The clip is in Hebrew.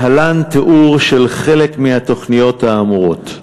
להלן תיאור של חלק מהתוכניות האמורות: